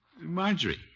Marjorie